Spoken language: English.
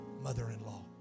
mother-in-law